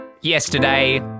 yesterday